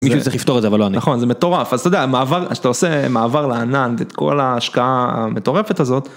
מישהו צריך לפתור את זה אבל לא אני, נכון זה מטורף אז אתה יודע שאתה עושה מעבר לענן את כל ההשקעה המטורפת הזאת.